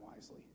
wisely